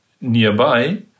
nearby